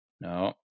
No